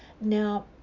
Now